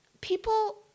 people